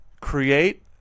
create